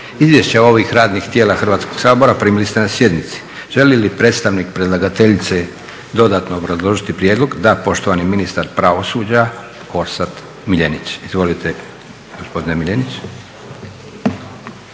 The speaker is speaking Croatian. Izvješće ovih radnih tijela Hrvatskog sabora primili ste na sjednici. Želi li predstavnik predlagateljice dodatno obrazložiti prijedlog? Da. Poštovani ministar pravosuđa, Orsat Miljenić. Izvolite gospodine Miljenić.